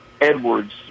Edwards